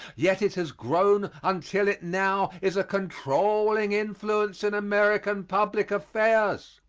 yet it has grown until it now is a controlling influence in american public affairs.